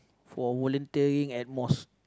for volunterring at mosque